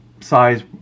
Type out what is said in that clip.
size